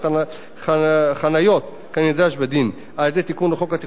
חניות כנדרש בדין על-ידי תיקון לחוק התכנון והבנייה,